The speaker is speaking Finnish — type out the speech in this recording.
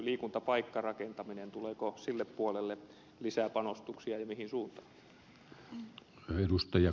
tuleeko sille puolelle lisää panostuksia ja mihin suuntaan